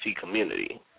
community